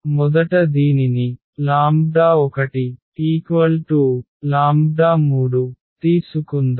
మొదట దీనిని 1 3 తీసుకుందాం